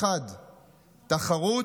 1. תחרות,